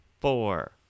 four